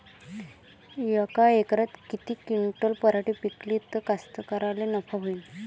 यका एकरात किती क्विंटल पराटी पिकली त कास्तकाराइले नफा होईन?